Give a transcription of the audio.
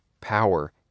power